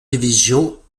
division